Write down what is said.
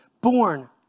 born